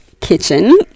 kitchen